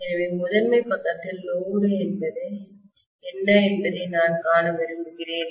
எனவே முதன்மை பக்கத்தில் லோடு என்ன என்பதை நான் காண விரும்புகிறேன்